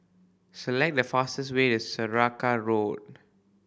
select the fastest way to Saraca Road